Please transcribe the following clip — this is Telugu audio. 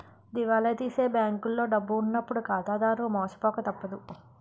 దివాలా తీసే బ్యాంకులో డబ్బు ఉన్నప్పుడు ఖాతాదారులు మోసపోక తప్పదు